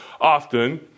often